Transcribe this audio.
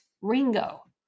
Ringo